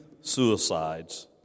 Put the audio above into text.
suicides